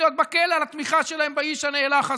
להיות בכלא על התמיכה שלהם באיש הנאלח הזה,